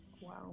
Wow